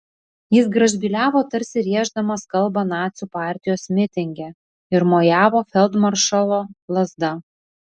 jis gražbyliavo tarsi rėždamas kalbą nacių partijos mitinge ir mojavo feldmaršalo lazda